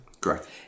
Correct